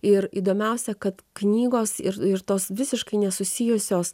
ir įdomiausia kad knygos ir ir tos visiškai nesusijusios